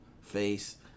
face